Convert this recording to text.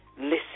listen